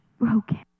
broken